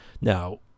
Now